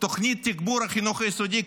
תוכנית תגבור החינוך היסודי,